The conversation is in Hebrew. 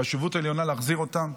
חשיבות עליונה להחזיר אותם.